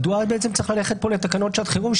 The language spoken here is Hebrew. מדוע צריך ללכת פה לתקנות שעת חירום,